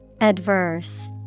Adverse